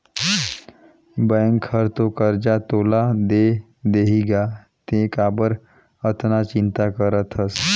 bank हर तो करजा तोला दे देहीगा तें काबर अतना चिंता करथस